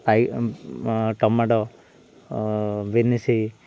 ପାଇ ଟମାଟୋ ବିନିସି